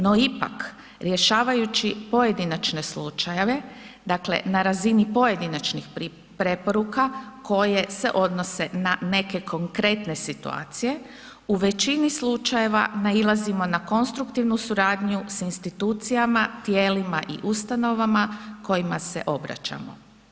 No ipak, rješavajući pojedinačne slučajeve, dakle na razini pojedinačnih preporuka koje se odnose na neke konkretne situacija, u većini slučajeva nailazimo na konstruktivnu suradnju s institucijama, tijelima i ustanovama kojima se obraćamo.